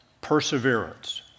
perseverance